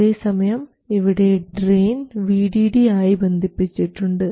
അതേ സമയം ഇവിടെ ഡ്രയിൻ VDD ആയി ബന്ധിപ്പിച്ചിട്ടുണ്ട്